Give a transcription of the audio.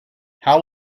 how